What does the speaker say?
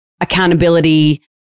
accountability